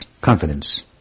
confidence